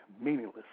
meaningless